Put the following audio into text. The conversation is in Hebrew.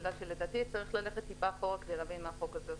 בגלל שלדעתי צריך ללכת טיפה אחורה כדי להבין מה החוק הזה עושה.